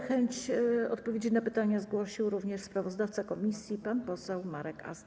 Chęć odpowiedzi na pytania zgłosił również sprawozdawca komisji pan poseł Marek Ast.